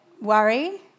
worry